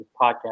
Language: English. podcast